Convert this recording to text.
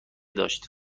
داشت